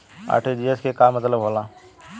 RTGS के का मतलब होला?